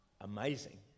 amazing